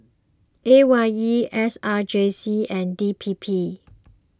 A Y E S R J C and D P P